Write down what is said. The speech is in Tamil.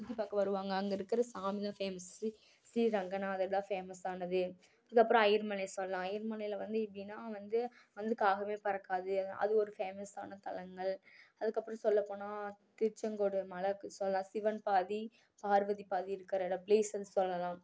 சுற்றி சுற்றி பார்க்க வருவாங்க அங்கே இருக்கிற சாமி தான் ஃபேமஸு ஸ்ரீரங்கநாதர் தான் ஃபேமஸானது அதுக்கப்புறம் ஐயர்மலை சொல்லாம் ஐயர்மலையில் வந்து எப்படின்னா வந்து வந்து காகமே பறக்காது அது ஒரு ஃபேமஸான தலங்கள் அதுக்கப்புறம் சொல்ல போனால் திருச்செங்கோட்டுல ஒரு மலை இருக்கு சொல்லாம் சிவன் பாதி பார்வதி பாதி இருக்கிற எடம் பிளேஸுன்னு சொல்லலாம்